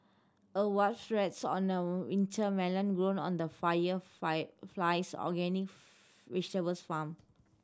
a wasp rests on a winter melon grown on the Fire Flies organic vegetables farm